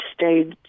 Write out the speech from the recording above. stayed